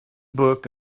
book